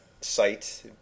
site